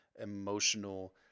emotional